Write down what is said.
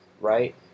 right